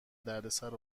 دردسر